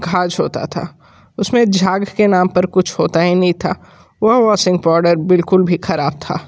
ख़ास होता था उसमें झाग के नाम पर कुछ होता ही नहीं था वह वॉशिंग पाउडर बिल्कुल भी ख़राब था